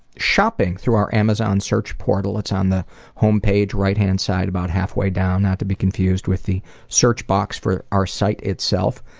shopping through our amazon search portal. it's on the home page right hand side, about halfway down. not to be confused with the search box for our site itself.